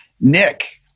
Nick